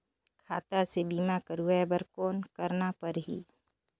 खाता से बीमा करवाय बर कौन करना परही?